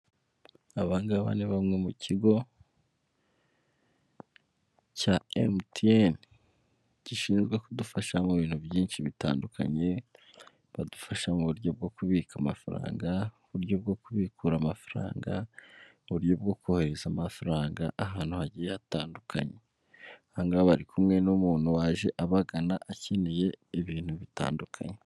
Abangaba ni bamwe mu kigo cya emutiyeni gishinzwe kudufasha mu bintu byinshi bitandukanye badufasha mu buryo bwo kubika amafaranga, uburyo bwo kubikura amafaranga, mu buryo bwo kohereza amafaranga ahantu hagiye hatandukanye ahangaha bari kumwe n'umuntu waje abagana akeneye ibintu bitandukanye.